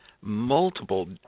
multiple